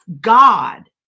God